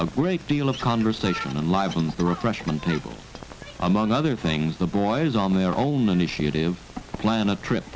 a great deal of conversation on life on the refreshment table among other things the boys on their own initiative plan a trip